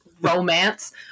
romance